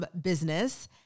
business